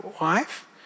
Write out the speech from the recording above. wife